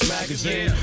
Magazine